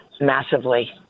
massively